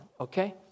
okay